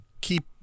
keep